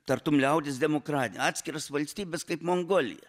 tartum liaudies demokratiją atskiras valstybes kaip mongolija